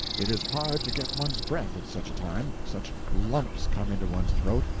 it is hard to get one's breath at such a time, such lumps come into one's throat,